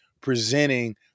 presenting